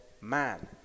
man